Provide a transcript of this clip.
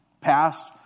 Past